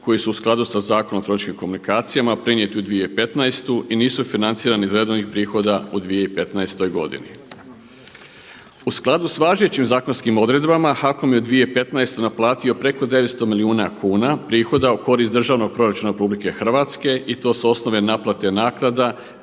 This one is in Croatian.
koji su u skladu sa Zakonom o elektroničkim komunikacijama prenijeti u 2015. i nisu financirani iz redovnih prihoda u 2015. godini. U skladu s važećim zakonskim odredbama HAKOM je u 2015. naplatio preko 900 milijuna kuna prihoda u korist državnog proračuna Republike Hrvatske i to s osnove naplate naknada